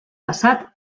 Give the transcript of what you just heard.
passat